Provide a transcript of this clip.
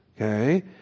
Okay